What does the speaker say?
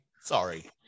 Sorry